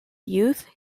youth